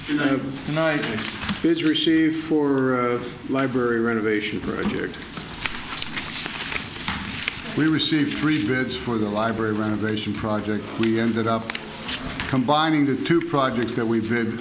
church and i received for library renovation project we received three beds for the library renovation project we ended up combining the two projects that we did